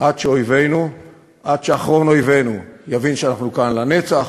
עד שאחרון אויבינו יבין שאנחנו כאן לנצח,